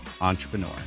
entrepreneur